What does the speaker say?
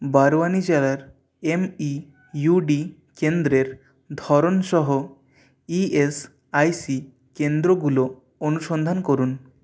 বারওয়ানি জেলায় M E U D কেন্দ্রের ধরন সহ ই এস আই সি কেন্দ্রগুলো অনুসন্ধান করুন